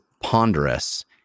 ponderous